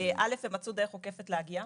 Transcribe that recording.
א', הם מצאו דרך עוקפת להגיע,